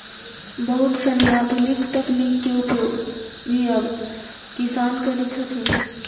बहुत सनी आधुनिक तकनीक के उपयोग भी अब किसान करित हथिन